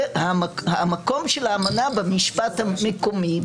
המקום של האמנה במשפט המקומי,